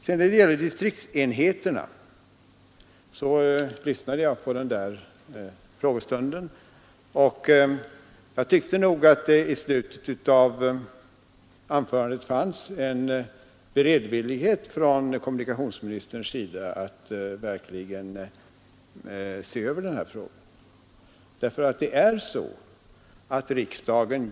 När det gäller distriktsenheterna lyssnade jag på den frågestund herr Norling talade om. Jag tyckte nog då att det i slutet av kommunikationsministerns anförande fanns en beredvillighet från hans sida att verkligen se över den här frågan.